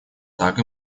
так